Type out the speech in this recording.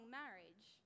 marriage